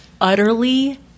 utterly